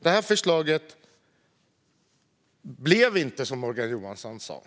Regeringens förslag blev inte som Morgan Johansson sa.